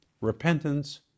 Repentance